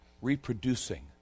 reproducing